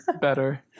better